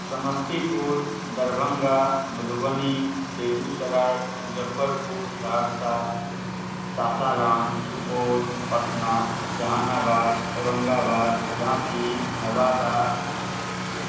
Samastipur Darbhanga Madhubani Begusarai Muzaffarpur Saharsa Sasaram Supaul Patna Jehanabad Aurangabad Ranchi Nawada